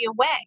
away